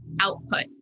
output